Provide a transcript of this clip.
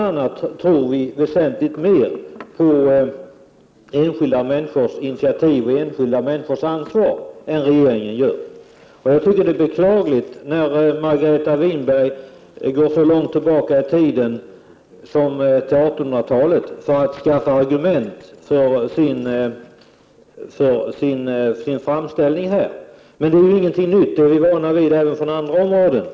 a. tror vi väsentligt mer på enskilda människors initiativ och ansvar än vad regeringen gör. Det är beklagligt att Margareta Winberg går så långt tillbaka i tiden som till 1800-talet för att skaffa sig argument för sin framställning här. Men det är inte någonting nytt; vi är vana vid det även från andra områden.